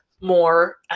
more